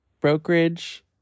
brokerage